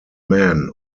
man